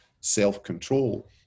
self-control